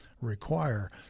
require